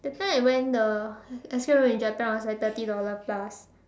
that time I went the escape room in Japan was like thirty dollar plus